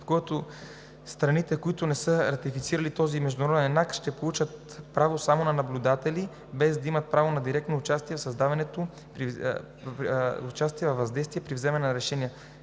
който страните, които не са ратифицирали този международен акт, ще получат право само на наблюдатели, без да имат право на директно участие и въздействие при вземането на решения.